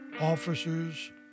officers